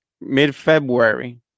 mid-February